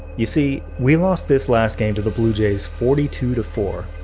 you see, we lost this last game to the blue jays forty two to four.